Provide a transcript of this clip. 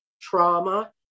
trauma